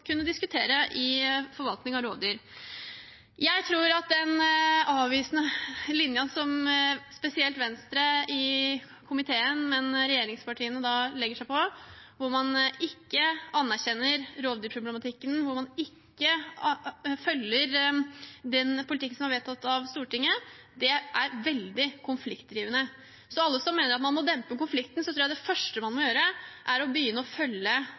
kunne diskutere i forvaltningen av rovdyr. Jeg tror den avvisende linjen som spesielt Venstre i komiteen, men også regjeringspartiene legger seg på, hvor man ikke anerkjenner rovdyrproblematikken, og hvor man ikke følger den politikken som er vedtatt av Stortinget, er veldig konfliktdrivende. Så for alle som mener at man må dempe konflikten, tror jeg det første man må gjøre, er å begynne å følge